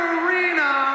arena